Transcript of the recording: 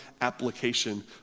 application